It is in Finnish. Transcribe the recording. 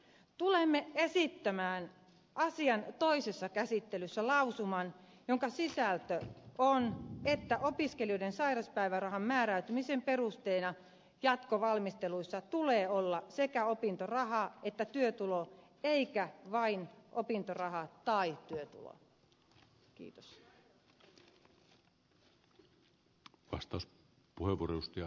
tulemme esittämään asian toisessa käsittelyssä lausuman jonka sisältö on että opiskelijoiden sairauspäivärahan määräytymisen perusteena jatkovalmisteluissa tulee olla sekä opintoraha että työtulo eikä vain opintoraha tai työtulo